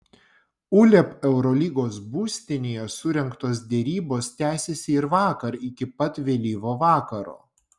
uleb eurolygos būstinėje surengtos derybos tęsėsi ir vakar iki pat vėlyvo vakaro